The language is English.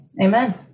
amen